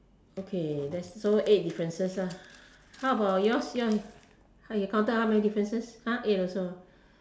okay that's so eight differences how about yours yours you counted how many differences !huh! eight also